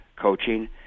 coaching